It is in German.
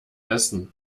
essen